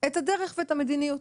את הדרך ואת המדיניות